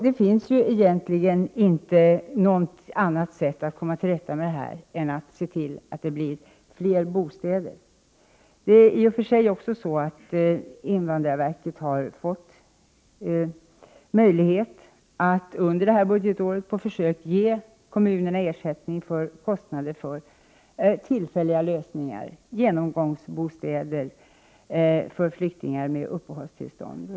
Det finns egentligen inte något annat sätt att komma till rätta med detta än att se till att det blir fler bostäder. I och för sig har invandrarverket fått möjlighet att under detta budgetår på försök ge kommunerna ersättning för kostnader för tillfälliga lösningar, genomgångsbostäder för flyktingar med uppehållstillstånd.